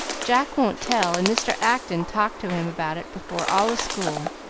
jack won't tell, and mr. acton talked to him about it before all the school.